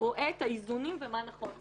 ורואה את האיזונים ומה נכון.